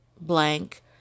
blank